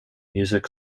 music